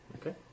Okay